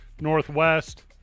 Northwest